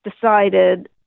decided